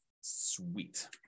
Sweet